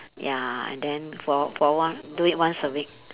ya and then for for one do it once a week